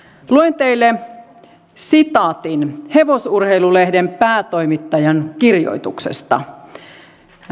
luen teille sitaatin hevosurheilu lehden päätoimittajan kirjoituksesta